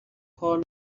کار